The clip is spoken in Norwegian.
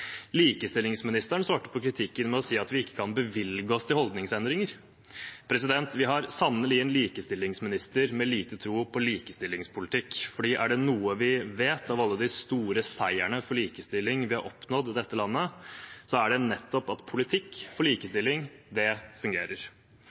Likestillingsministeren svarte på kritikken ved å si at vi ikke kan bevilge oss til holdningsendringer. Vi har sannelig en likestillingsminister med liten tro på likestillingspolitikk, for er det noe vi vet etter alle de store seirene for likestilling vi har oppnådd i dette landet, er det nettopp at politikk for